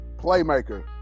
Playmaker